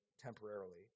temporarily